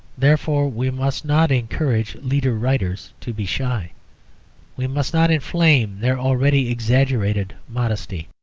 therefore we must not encourage leader-writers to be shy we must not inflame their already exaggerated modesty.